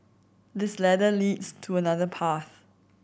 this ladder leads to another path